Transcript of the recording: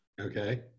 Okay